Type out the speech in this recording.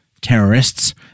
terrorists